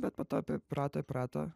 bet po to priprato įprato